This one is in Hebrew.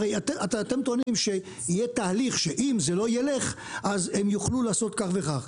הרי אתם טוענים שיהיה תהליך שאם זה לא ילך אז הם יוכלו לעשות כך וכך.